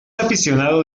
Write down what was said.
aficionado